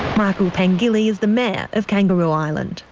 michael pengilly is the mayor of kangaroo island.